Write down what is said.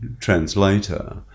translator